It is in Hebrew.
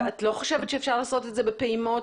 את לא חושבת שאפשר לעשות את זה בפעימות?